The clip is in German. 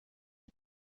die